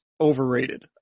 overrated